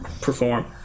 perform